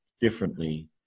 differently